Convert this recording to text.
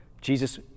Jesus